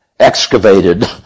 Excavated